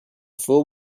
fool